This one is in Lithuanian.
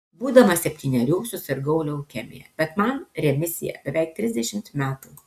būdamas septynerių susirgau leukemija bet man remisija beveik trisdešimt metų